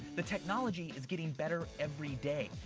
the technology is getting better every day,